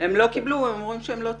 הם לא קיבלו, הם אומרים שהם לא צד.